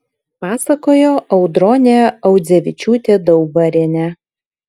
pasakojo audronė audzevičiūtė daubarienė